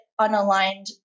unaligned